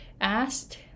asked